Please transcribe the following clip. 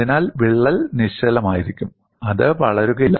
അതിനാൽ വിള്ളൽ നിശ്ചലമായിരിക്കും അത് വളരുകയില്ല